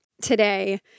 today